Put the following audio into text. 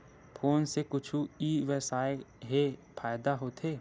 Phone से कुछु ई व्यवसाय हे फ़ायदा होथे?